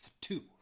two